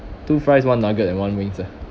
two fries one nugget and one wings ah